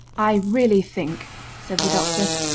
i really think said the doctor,